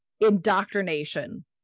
indoctrination